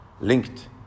linked